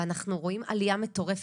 ואנחנו רואים עלייה מטורפת.